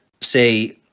say